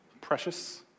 Precious